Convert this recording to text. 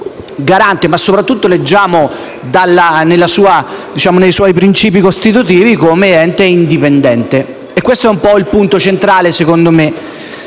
ma soprattutto - leggiamo nei suoi principi costitutivi - come ente indipendente. Questo è il punto centrale, secondo me,